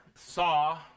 saw